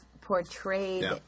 portrayed